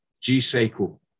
G-Cycle